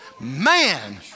man